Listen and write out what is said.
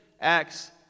acts